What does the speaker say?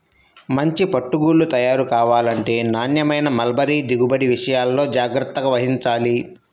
మంచి పట్టు గూళ్ళు తయారు కావాలంటే నాణ్యమైన మల్బరీ దిగుబడి విషయాల్లో జాగ్రత్త వహించాలి